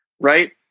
right